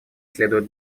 следует